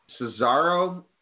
Cesaro